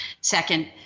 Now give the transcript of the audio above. Second